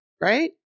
right